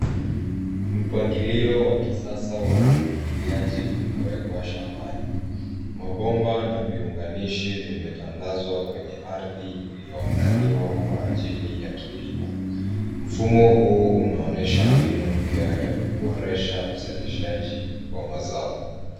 Mpangilio wa kisasa wa umwagiliaji umewekwa shambani, mabomba na viunganishi vimetandazwa kwenye ardhi iliyoandaliwa kwa ajili ya kilimo. Mfumo huu unaonyesha mbinu mpya ya kuboresha uzalishaji wa mazao.